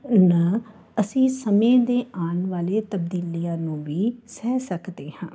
ਨਾ ਅਸੀਂ ਸਮੇਂ ਦੇ ਆਉਣ ਵਾਲੇ ਤਬਦੀਲੀਆਂ ਨੂੰ ਵੀ ਸਹਿ ਸਕਦੇ ਹਾਂ